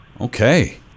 okay